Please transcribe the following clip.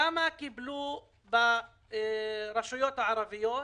כמה קיבלו ברשויות הערביות?